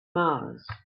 mars